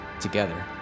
together